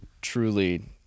truly